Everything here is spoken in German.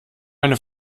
eine